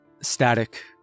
Static